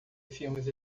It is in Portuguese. filmes